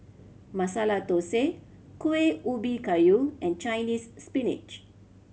Masala Thosai Kueh Ubi Kayu and Chinese Spinach